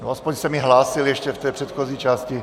Aspoň se mi hlásil ještě v té předchozí části.